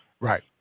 Right